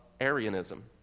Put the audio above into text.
Arianism